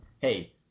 hey